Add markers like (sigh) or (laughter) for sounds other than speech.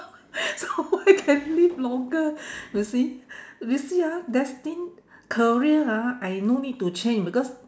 (laughs) so I can live longer you see you see ah destined career ha I no need to change because